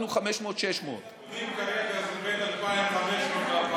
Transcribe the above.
הוא 600-500. לפי הנתונים כרגע זה בין 2,500 ל-4,000.